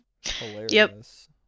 Hilarious